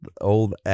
old